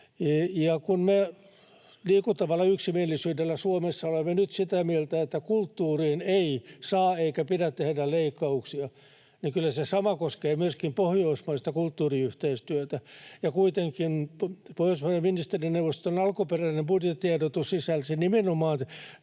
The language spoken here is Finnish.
Kun me liikuttavalla yksimielisyydellä Suomessa olemme nyt sitä mieltä, että kulttuuriin ei saa eikä pidä tehdä leikkauksia, niin kyllä se sama koskee myöskin pohjoismaista kulttuuriyhteistyötä, ja kuitenkin Pohjoismaiden ministerineuvoston alkuperäinen budjettiehdotus sisälsi nimenomaan